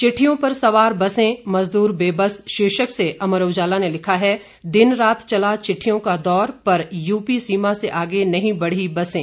चिटिठयों पर सवार बसेंमज़द्र बेबस शीर्षक से अमर उजाला ने लिखा है दिन रात चला चिट्ठियों का दौर पर यूपी सीमा से आगे नहीं बढ़ीं बसें